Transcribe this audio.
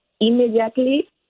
immediately